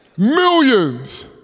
millions